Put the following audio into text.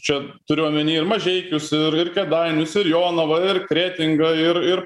čia turiu omeny ir mažeikius ir ir kėdainius ir jonavą ir kretingą ir ir